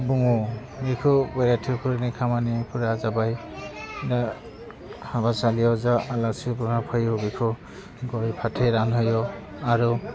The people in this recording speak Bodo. दङ बेखौ बैराथिफोरनि खामानिफोरा जाबाय हाबासालियाव जा आलासिफोर फैयो बेखौ गय फाथै रानहोयो आरो